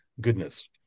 goodness